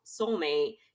soulmate